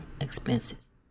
expenses